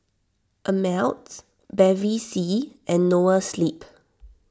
Ameltz Bevy C and Noa Sleep